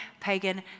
pagan